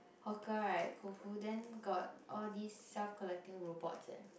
hawker right Koufu then got all these self collecting robots eh